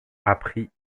apprit